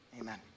amen